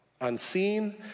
unseen